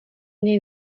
něj